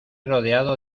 rodeado